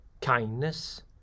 kindness